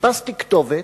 חיפשתי כתובת,